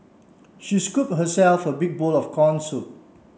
she scoop herself a big bowl of corn soup